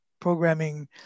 programming